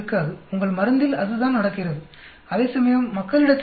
உங்கள் மருந்தில் அதுதான் நடக்கிறது அதேசமயம் மக்களிடத்திலும் கூட